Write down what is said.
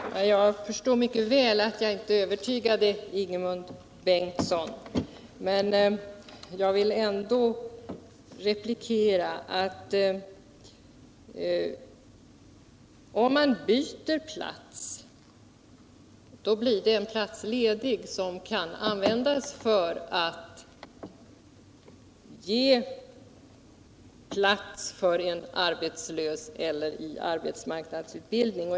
Herr talman! Jag förstår mycket väl att jag inte övertygade Ingemund Bengtsson, men jag vill ändå replikera. Om någon byter plats, blir en plats ledig som kan användas för att ge anställning åt en arbetslös eller åt någon i arbetsmarknadsutbildning.